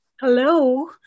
Hello